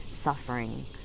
suffering